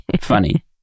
Funny